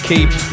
Keep